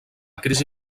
crisi